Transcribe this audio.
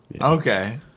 Okay